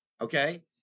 Okay